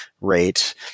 rate